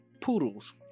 poodles